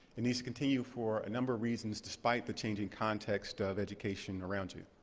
it needs to continue for a number reasons, despite the changing context of education around you.